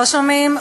לא שומעים?